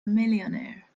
millionaire